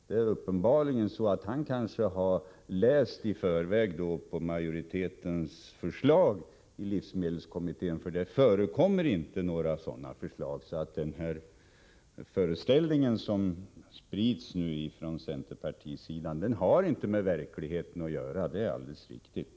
Det är uppenbarligen så, att han i förväg läst vad majoriteten i livsmedelskommittén skrivit, för i dess skrivning förekommer inte några sådana förslag. Den föreställning som sprids från centerpartiets sida har således inte med verkligheten att göra — det är mycket riktigt.